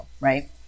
right